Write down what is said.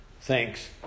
Thanks